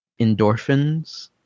endorphins